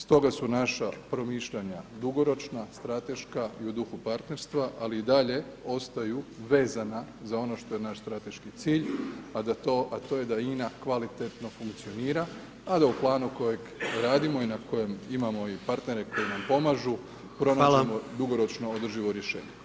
Stoga su naša promišljanja dugoročna, strateška i u duhu partnerstva, ali i dalje ostaju vezana za ono što je naš strateški cilj, a to je da INA kvalitetno funkcionira, a da u planu kojeg radimo i na kojem imamo i partnera i koji nam pomažu [[Upadica: Hvala]] pronađemo dugoročno održivo rješenje.